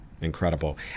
incredible